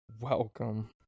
Welcome